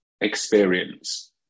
experience